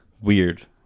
weird